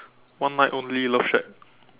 one night only love shack